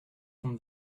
from